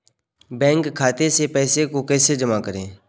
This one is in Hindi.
बैंक खाते से पैसे को कैसे जमा करें?